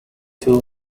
too